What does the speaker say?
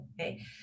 Okay